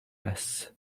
vests